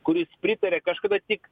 kuris pritarė kažkada tik